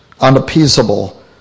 unappeasable